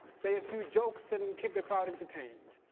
say a few jokes and keep the crowd entertained.